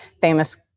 famous